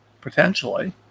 potentially